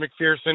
McPherson